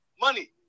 money